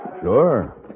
Sure